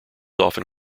often